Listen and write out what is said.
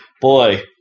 boy